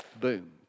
Boom